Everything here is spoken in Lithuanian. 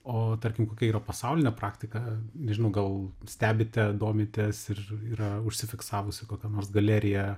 o tarkim kokia yra pasaulinė praktika nežinau gal stebite domitės ir yra užsifiksavusi kokia nors galerija